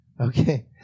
Okay